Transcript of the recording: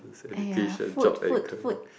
!aiya! food food food